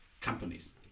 companies